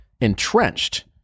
entrenched